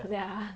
ya